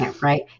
right